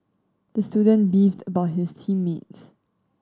the student beefed about his team mates